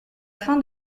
fin